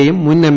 യെയും മുൻ എം